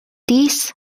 dies